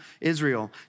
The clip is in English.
Israel